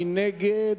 מי נגד?